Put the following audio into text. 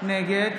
נגד